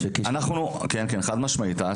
זה